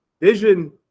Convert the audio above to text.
vision